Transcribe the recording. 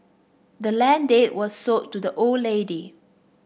the land deed was sold to the old lady